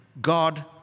god